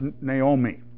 Naomi